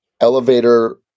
elevator